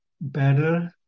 better